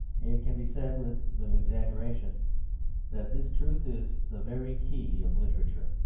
it can be said with little exaggeration that this truth is the very key of literature.